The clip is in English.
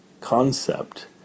concept